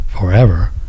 forever